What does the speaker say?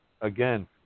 again